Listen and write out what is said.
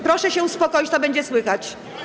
Proszę się uspokoić, to będzie słychać.